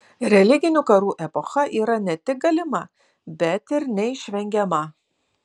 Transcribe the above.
religinių karų epocha yra ne tik galima bet ir neišvengiama